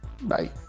Bye